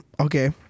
Okay